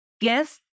guess